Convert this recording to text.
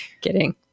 Kidding